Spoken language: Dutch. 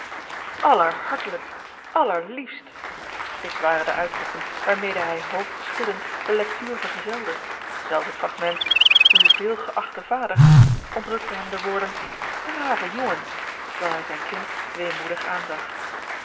allerhartelijkst allerliefst dit waren de uitroepen waarmede hij hoofdschuddend de lectuur vergezelde zelfs het fragment uw veelgeachten vader ontrukte hem de woorden brave jongen terwijl hij zijn kind weemoedig